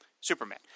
Superman